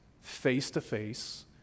face-to-face